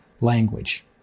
language